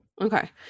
Okay